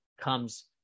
comes